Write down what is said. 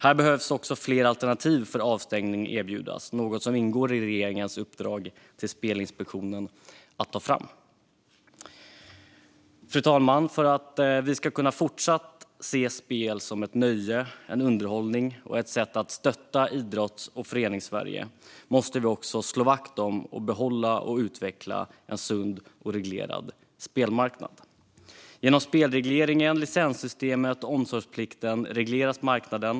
Det behöver också erbjudas fler alternativ för avstängning, och i regeringens uppdrag till Spelinspektionen ingår att ta fram sådana. Fru talman! För att vi fortsatt ska kunna se spel som ett nöje, underhållning och ett sätt att stötta Idrotts och föreningssverige måste vi slå vakt om, behålla och utveckla en sund och reglerad spelmarknad. Genom spelregleringen, licenssystemet och omsorgsplikten regleras marknaden.